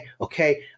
okay